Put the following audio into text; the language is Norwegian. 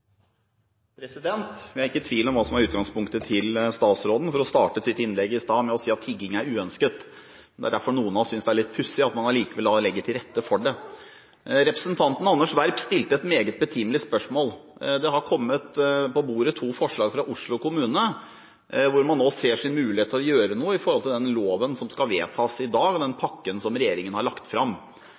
Vi er ikke i tvil om hva som er utgangspunktet til statsråden, for hun startet sitt innlegg i stad med å si at tigging er uønsket. Det er derfor noen av oss synes det er litt pussig at man likevel legger til rette for det. Representanten Ander B. Werp stilte et meget betimelig spørsmål. Det har kommet på bordet to forslag fra Oslo kommune hvor man nå ser mulighet til å gjøre noe med tanke på den loven som skal vedtas i dag, og den pakken som regjeringen har lagt fram.